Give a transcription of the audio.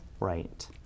right